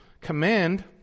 command